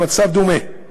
המצב דומה.